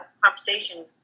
conversation